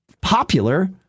popular